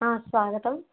ఆ స్వాగతం